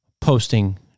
posting